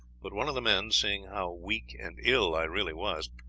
but one of the men, seeing how weak and ill i really was,